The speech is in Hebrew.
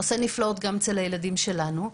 זה עושה נפלאות גם לילדים שלנו.